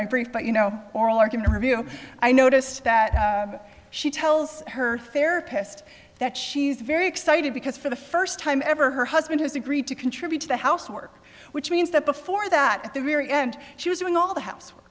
but you know oral argument her view i noticed that she tells her therapist that she's very excited because for the first time ever her husband has agreed to contribute to the housework which means that before that at the rear end she was doing all the house